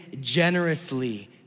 generously